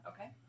okay